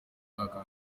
mwaka